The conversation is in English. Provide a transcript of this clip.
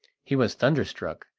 he was thunderstruck,